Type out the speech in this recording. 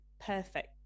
perfect